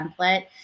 template